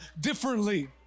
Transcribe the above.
differently